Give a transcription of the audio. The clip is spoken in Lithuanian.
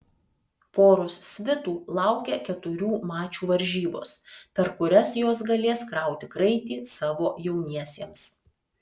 poros svitų laukia keturių mačų varžybos per kurias jos galės krauti kraitį savo jauniesiems